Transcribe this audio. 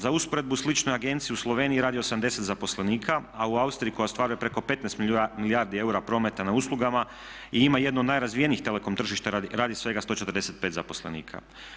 Za usporedbu u sličnoj agenciji u Sloveniji radi 80 zaposlenika, a u Austriji koja ostvaruje preko 15 milijardi eura prometa na uslugama i ima jednu od najrazvijenijih telekom tržišta radi svega 145 zaposlenika.